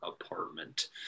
apartment